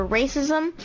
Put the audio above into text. racism